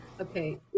Okay